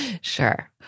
Sure